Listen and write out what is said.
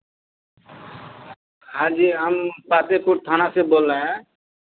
हाँ जी हम पातेपुर थाना से बोल रहे हैं